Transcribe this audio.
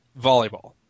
volleyball